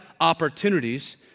opportunities